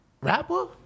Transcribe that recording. Rapper